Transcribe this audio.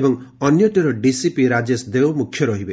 ଏବଂ ଅନ୍ୟଟିର ଡିସିପି ରାଜେଶ ଦେଓ ମୁଖ୍ୟ ରହିବେ